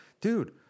Dude